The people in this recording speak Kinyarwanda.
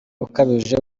ukabije